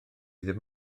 ddim